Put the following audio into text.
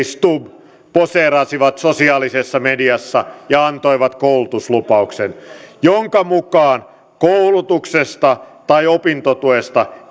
stubb poseerasivat sosiaalisessa mediassa ja antoivat koulutuslupauksen jonka mukaan koulutuksesta tai opintotuesta